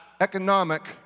economic